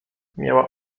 miała